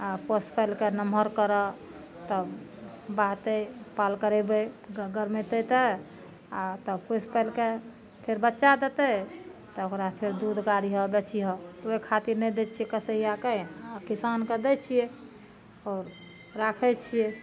आ पोसि पालिके नमहर करऽ तब बाहतै पाल करैबै गरमेतै तऽ आ तब पोसि पालिके फेर बच्चा देतै तऽ ओकरा फेर दूध गारिहऽ बेचिहऽ उहे खातिर नहि दै छियै कसैया के आ किसानके दै छियै आओर राखै छियै